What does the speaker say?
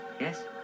Yes